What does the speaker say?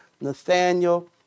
Nathaniel